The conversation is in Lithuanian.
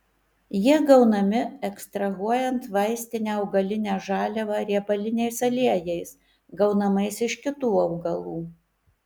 jie gaunami ekstrahuojant vaistinę augalinę žaliavą riebaliniais aliejais gaunamais iš kitų augalų